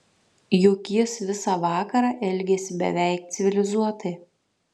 juk jis visą vakarą elgėsi beveik civilizuotai